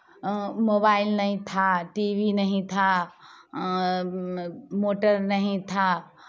mobile नहीं था TV नहीं था मोटर नहीं था